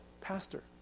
Pastor